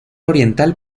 oriental